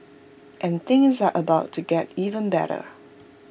and things are about to get even better